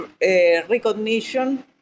recognition